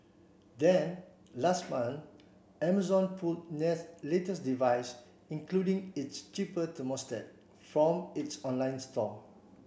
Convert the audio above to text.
then last month Amazon pulled Nest latest devices including its cheaper thermostat from its online store